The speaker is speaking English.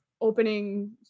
opening